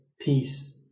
peace